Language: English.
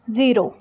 zero